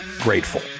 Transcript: grateful